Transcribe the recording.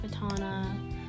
katana